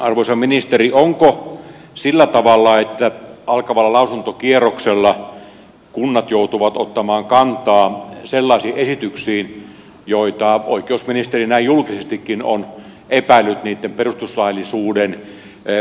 arvoisa ministeri onko sillä tavalla että alkavalla lausuntokierroksella kunnat joutuvat ottamaan kantaa sellaisiin esityksiin joita oikeusministeri näin julkisestikin on epäillyt niitten perustuslaillisuuden perusteella